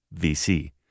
VC